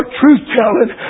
truth-telling